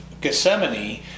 gethsemane